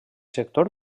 sector